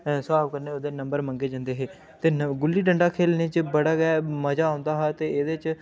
स्हाब कन्नै ओह्दे नंबर मंगे जंदे हे ते नं गुल्ली डंडा खेलने च बड़ा गै मजा औंदा हा ते एह्दे च